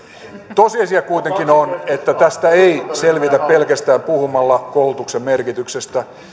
tosiasia kuitenkin on että tästä ei selvitä pelkästään puhumalla koulutuksen merkityksestä